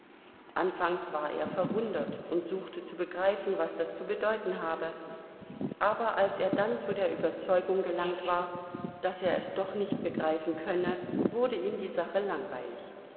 anfangs war er verwundert und suchte zu begreifen was das zu bedeuten habe aber als er dann zu der überzeugung gelangt war daß er es doch nicht begreifen könne wurde ihm die sache langweilig